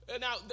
now